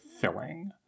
filling